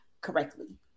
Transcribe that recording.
correctly